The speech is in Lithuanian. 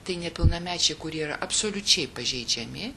tai nepilnamečiai kurie yra absoliučiai pažeidžiami